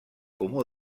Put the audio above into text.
comú